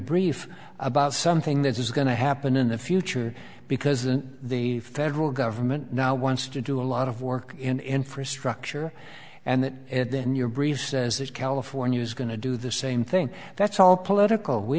brief about something that is going to happen in the future because then the federal government now wants to do a lot of work in infrastructure and that then your brief says that california is going to do the same thing that's all political we